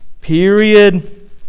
period